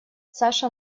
саша